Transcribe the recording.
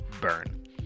burn